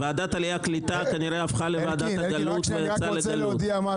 ועדת העלייה והקליטה כנראה הפכה לוועדת הגלות והלכה לגלות.